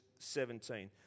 17